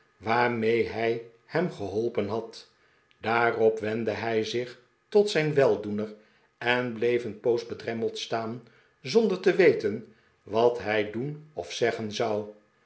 waarmee hij hem geholpen had daarop wendde hij zich tot zijn weldoener en bleef een poos bedremmeld staan zonder te weten wat hij doen of zeggen zou